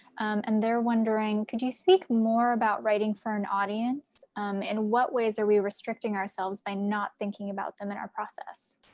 and they're wondering could you speak more about writing for an audience and what ways are we restricting ourselves by not thinking about them in our process.